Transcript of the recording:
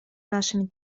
нашими